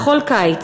בכל קיץ,